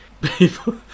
people